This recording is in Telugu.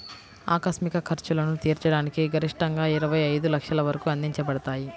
ఆకస్మిక ఖర్చులను తీర్చడానికి గరిష్టంగాఇరవై ఐదు లక్షల వరకు అందించబడతాయి